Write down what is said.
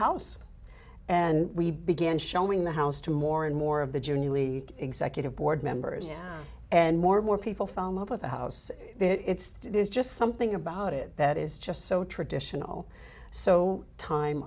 house and we began showing the house to more and more of the junior league executive board members and more and more people follow up with the house it's there's just something about it that is just so traditional so time